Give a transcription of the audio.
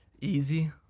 easy